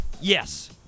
yes